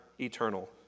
eternal